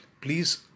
please